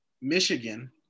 Michigan